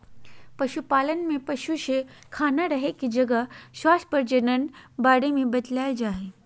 पशुपालन में पशु ले खाना रहे के जगह स्वास्थ्य प्रजनन बारे में बताल जाय हइ